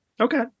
okay